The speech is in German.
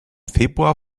februar